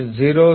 033 ಮತ್ತು 0